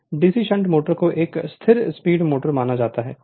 Refer Slide Time 2057 DC shunt motor को एक स्थिर स्पीड मोटर माना जाता है